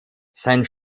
sein